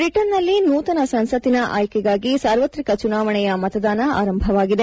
ಬ್ರಿಟನ್ನಲ್ಲಿ ನೂತನ ಸಂಸತ್ತಿನ ಆಯ್ಕೆಗಾಗಿ ಸಾರ್ವತ್ರಿಕ ಚುನಾವಣೆಯ ಮತದಾನ ಆರಂಭವಾಗಿದೆ